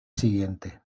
siguiente